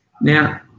Now